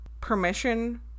permission